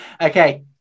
Okay